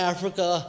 Africa